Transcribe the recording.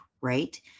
right